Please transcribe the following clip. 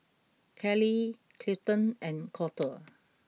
Kalie Clifton and Colter